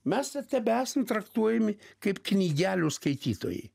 mes tebeesam traktuojami kaip knygelių skaitytojai